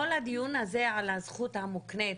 כל הדיון הזה על הזכות המוקנית,